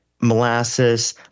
molasses